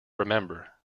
remember